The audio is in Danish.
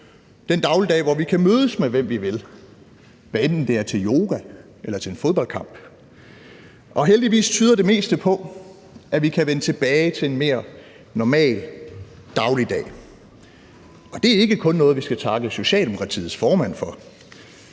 den dagligdag, hvor vi kan mødes med, hvem vi vil, hvad enten det er til yoga eller til en fodboldkamp. Heldigvis tyder det meste på, at vi kan vende tilbage til en mere normal dagligdag. Og det er ikke kun noget, vi skal takke Socialdemokratiets formand for,